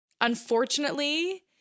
unfortunately